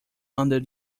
under